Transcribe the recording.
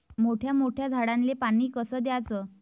मोठ्या मोठ्या झाडांले पानी कस द्याचं?